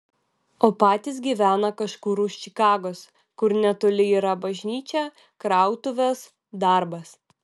o patys gyvena kažkur už čikagos kur netoli yra bažnyčia krautuvės darbas